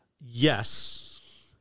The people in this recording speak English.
Yes